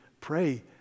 pray